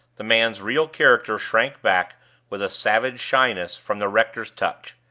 the man's real character shrank back with a savage shyness from the rector's touch.